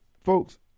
folks